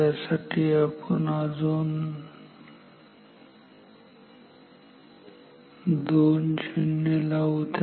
त्यासाठी आपण टक्क्यांसाठी अजून दोन 0 लावू